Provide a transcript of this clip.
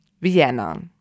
Vienna